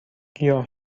گیاه